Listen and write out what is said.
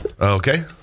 Okay